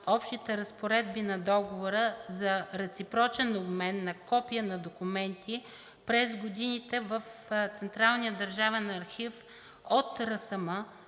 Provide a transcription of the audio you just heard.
общите разпоредби на Договора за реципрочен обмен на копия на документи през годините в Централния държавен архив от